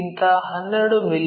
ಗಿಂತ 12 ಮಿ